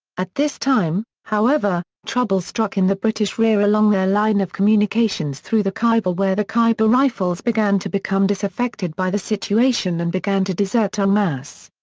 at this time, however, trouble struck in the british rear along their line of communications through the khyber where the khyber rifles began to become disaffected by the situation and began to desert en um masse.